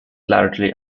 largely